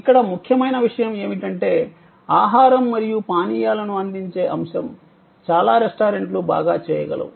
ఇక్కడ ముఖ్యమైన విషయం ఏమిటంటే ఆహారం మరియు పానీయాలను అందించే అంశం చాలా రెస్టారెంట్లు బాగా చేయగలవు